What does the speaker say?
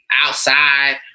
outside